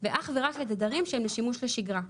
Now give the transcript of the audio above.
ואך ורק לתדרים שהם לשימוש בשגרה,